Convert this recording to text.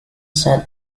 set